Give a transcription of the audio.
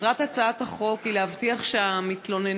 מטרת הצעת החוק היא להבטיח שהמתלוננים